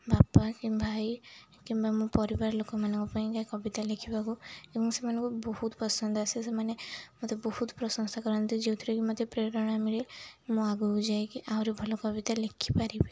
ବାପା କି ଭାଇ କିମ୍ବା ମୋ ପରିବାର ଲୋକମାନଙ୍କ ପାଇଁକା କବିତା ଲେଖିବାକୁ ଏବଂ ସେମାନଙ୍କୁ ବହୁତ ପସନ୍ଦ ଆସେ ସେମାନେ ମୋତେ ବହୁତ ପ୍ରଶଂସା କରନ୍ତି ଯେଉଁଥିରେ କିି ମୋତେ ପ୍ରେରଣା ମିଳେ ମୁଁ ଆଗକୁ ଯାଇକି ଆହୁରି ଭଲ କବିତା ଲେଖିପାରିବି